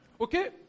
Okay